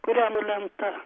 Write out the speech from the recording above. kuriam lenta